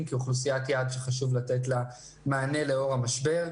כאוכלוסיית יעד שחשוב לתת לה מענה לאור המשבר,